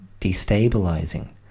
destabilizing